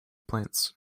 plants